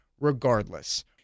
regardless